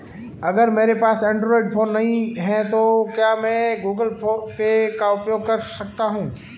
अगर मेरे पास एंड्रॉइड फोन नहीं है तो क्या मैं गूगल पे का उपयोग कर सकता हूं?